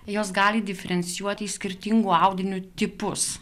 jos gali diferencijuoti į skirtingų audiniu tipus